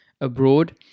abroad